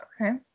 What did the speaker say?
Okay